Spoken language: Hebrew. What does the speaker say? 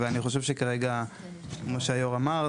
ואני חושב שכרגע מה שיושב הראש אמר,